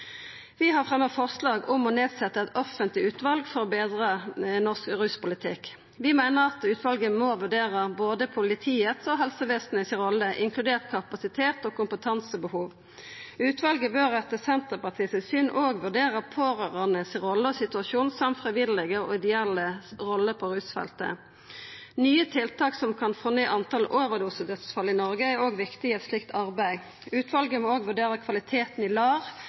Vi har fremja forslag om å setja ned eit offentleg utval for å betre norsk ruspolitikk. Vi meiner at utvalet må vurdera både politiet og helsevesenet si rolle, inkludert kapasitet og kompetansebehov. Utvalet bør etter Senterpartiet sitt syn òg vurdera pårørandes rolle og situasjon og frivillige og ideelle si rolle på rusfeltet. Nye tiltak som kan få ned talet på overdosedødsfall i Noreg, er òg viktig i eit slikt arbeid. Utvalet må òg vurdera kvaliteten i LAR